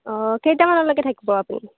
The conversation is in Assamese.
অ' কেইটামানলৈকে থাকিব আপুনি